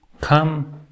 come